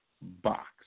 box